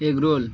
egg roll